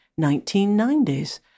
1990s